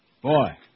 Boy